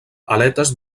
aletes